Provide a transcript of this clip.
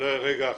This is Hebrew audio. רגע חברים.